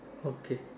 okay